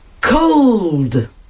cold